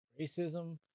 racism